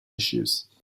issues